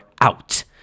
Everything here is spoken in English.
out